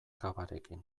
cavarekin